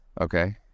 okay